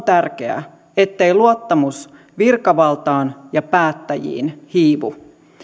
tärkeää ettei luottamus virkavaltaan ja päättäjiin hiivu